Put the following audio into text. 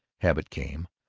habit came,